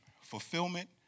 fulfillment